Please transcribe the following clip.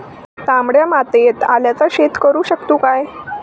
तामड्या मातयेत आल्याचा शेत करु शकतू काय?